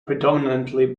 predominantly